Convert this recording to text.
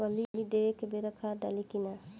कली देवे के बेरा खाद डालाई कि न?